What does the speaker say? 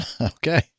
Okay